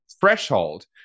threshold